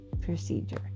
procedure